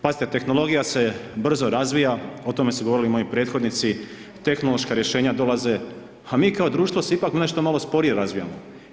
Pazite tehnologija se brzo razvija o tome su govorili moji prethodnici, tehnološka rješenja dolaze, a mi kao društvo se ipak nešto malo sporije razvijamo.